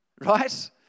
right